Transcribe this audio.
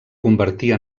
convertir